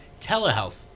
telehealth